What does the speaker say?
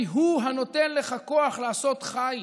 כי הוא הנתן לך כח לעשות חיל".